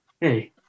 Hey